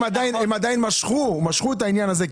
הם עדיין משכו את העניין הזה,